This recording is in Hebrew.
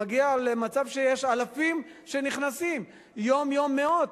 זה מגיע למצב שיש אלפים שנכנסים, יום-יום מאות.